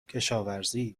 کشاورزی